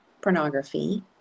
pornography